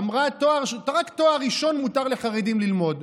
אמרה שרק תואר ראשון מותר לחרדים ללמוד,